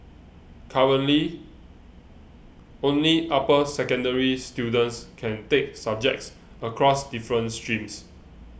currently only upper secondary students can take subjects across different streams